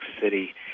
City